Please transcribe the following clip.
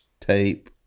Tape